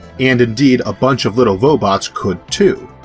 and indeed a bunch of little robots could too,